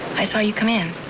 i saw you come in.